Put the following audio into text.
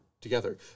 together